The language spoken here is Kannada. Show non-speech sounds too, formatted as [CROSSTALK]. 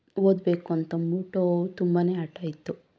ಓದ್ಬೇಕು ಅಂತ [UNINTELLIGIBLE] ತುಂಬಾನೇ ಹಠ ಇತ್ತು